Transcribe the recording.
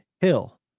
Hill